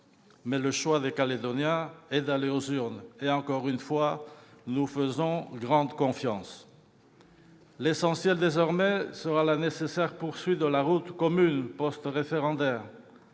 Mais le choix des Calédoniens est d'aller aux urnes, et, encore une fois, nous avons grande confiance. L'essentiel, désormais, sera la nécessaire poursuite de la route commune, après le référendum.